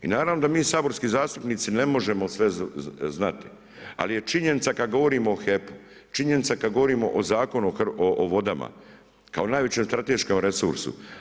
I naravno da mi saborski zastupnici ne možemo sve znati, ali je činjenica kad govorimo o HEP-u, činjenica kad govorimo o Zakonu o vodama kao najvećem strateškom resursu.